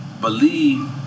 believe